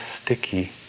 sticky